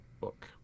book